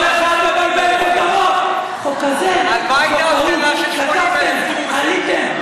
על מה הייתה ההפגנה של 80,000 דרוזים?